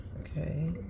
Okay